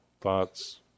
thoughts